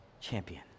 champion